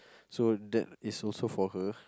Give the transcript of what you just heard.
so that is also for her